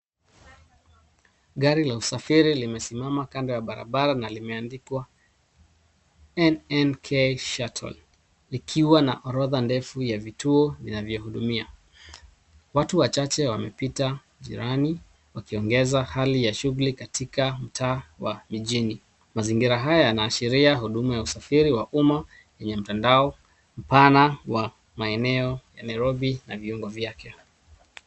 Gari la usafiri limesimama kando ya barabara na limeandikwa nnk shuttle likwa na orodha ndefu ya vituo vinavyohudumia. Watu wachache wamepita jirani ukiongeza hali ya shughuli katika mtaa wa mjini. MAzingira haya yanaashiria huduma ya usafiri wa umma kwenye mtandao mpana wa maeneo ya Nairobi na viungo vyake.